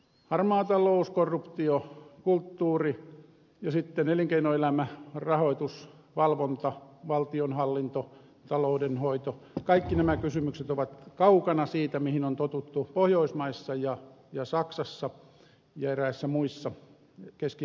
harmaa talous korruptiokulttuuri ja sitten elinkeinoelämä rahoitusvalvonta valtionhallinto taloudenhoito kaikki nämä kysymykset ovat kaukana siitä mihin on totuttu pohjoismaissa ja saksassa ja eräissä muissa keski euroopan maissa